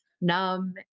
numb